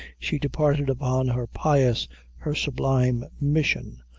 she departed upon her pious her sublime mission,